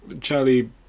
charlie